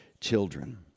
children